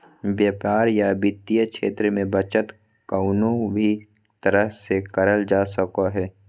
व्यापार या वित्तीय क्षेत्र मे बचत कउनो भी तरह से करल जा सको हय